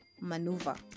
maneuver